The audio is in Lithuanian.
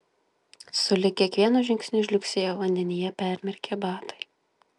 sulig kiekvienu žingsniu žliugsėjo vandenyje permirkę batai